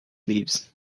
leaves